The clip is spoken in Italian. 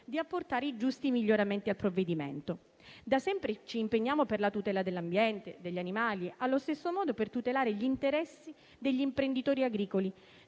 di apportare i giusti miglioramenti al provvedimento. Da sempre ci impegniamo per la tutela dell'ambiente, degli animali, e allo stesso modo per tutelare gli interessi degli imprenditori agricoli,